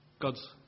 God's